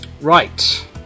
Right